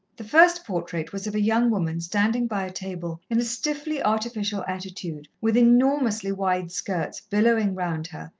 the first portrait was of a young woman standing by a table in a stiffly artificial attitude, with enormously wide skirts billowing round her,